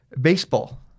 baseball